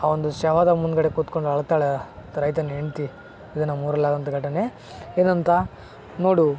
ಆ ಒಂದು ಶವದ ಮುಂದುಗಡೆ ಕೂತ್ಕೊಂಡು ಅಳ್ತಾಳೆ ರೈತನ ಹೆಂಡ್ತಿ ಇದು ನಮ್ಮೂರಲ್ಲಿ ಆದಂತ ಘಟನೆ ಏನಂತ ನೋಡು